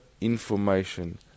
information